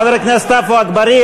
חבר הכנסת עפו אגבאריה,